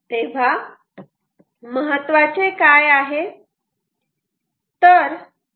तेव्हा महत्त्वाचे काय आहे